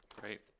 Great